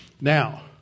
Now